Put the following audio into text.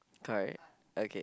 correct okay